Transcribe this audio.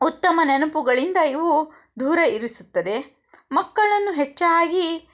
ಉತ್ತಮ ನೆನೆಪುಗಳಿಂದ ಇವು ದೂರ ಇರಿಸುತ್ತದೆ ಮಕ್ಕಳನ್ನು ಹೆಚ್ಚಾಗಿ